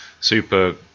super